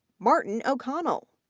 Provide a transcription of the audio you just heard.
martin o'connell,